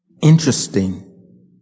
Interesting